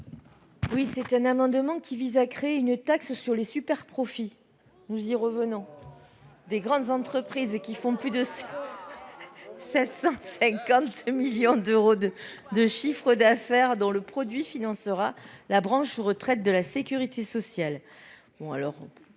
Lubin. Cet amendement vise à créer une taxe sur les superprofits des grandes entreprises réalisant plus de 750 millions d'euros de chiffre d'affaires, dont le produit financera la branche retraite de la sécurité sociale.